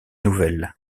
nouvelles